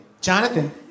Jonathan